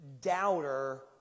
doubter